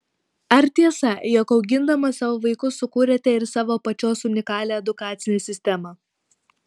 ar tiesa jog augindama savo vaikus sukūrėte ir savo pačios unikalią edukacinę sistemą